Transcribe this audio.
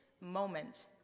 moment